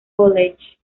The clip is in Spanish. college